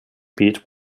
beat